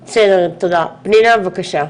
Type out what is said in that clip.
בסדר, תודה, פנינה בבקשה,